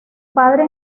padre